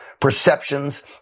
perceptions